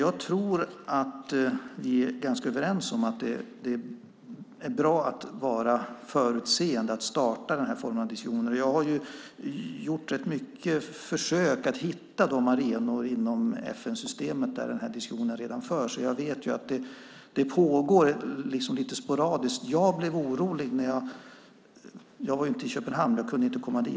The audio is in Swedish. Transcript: Jag tror att vi är ganska överens om att det är bra att vara förutseende och att starta den här typen av diskussioner. Jag har gjort rätt många försök att hitta de arenor inom FN-systemet där den här diskussionen redan förs. Jag vet att det pågår lite sporadiskt. Jag var inte i Köpenhamn; jag kunde inte komma dit.